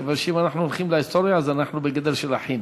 כיוון שאם אנחנו הולכים להיסטוריה אז אנחנו בגדר אחים.